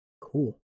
cool